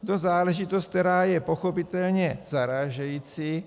Je to záležitost, která je pochopitelně zarážející.